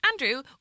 Andrew